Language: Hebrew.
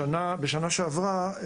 בשנה שעברה,